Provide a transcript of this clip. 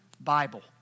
Bible